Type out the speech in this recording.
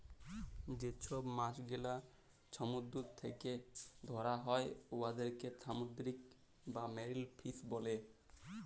যে ছব মাছ গেলা সমুদ্দুর থ্যাকে ধ্যরা হ্যয় উয়াদেরকে সামুদ্দিরিক বা মেরিল ফিস ব্যলে